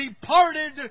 departed